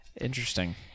Interesting